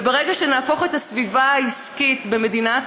וברגע שנהפוך את הסביבה העסקית במדינת